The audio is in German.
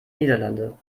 niederlande